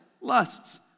lusts